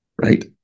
Right